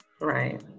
Right